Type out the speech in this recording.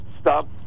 stop